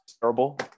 terrible